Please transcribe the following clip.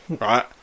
right